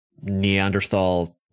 Neanderthal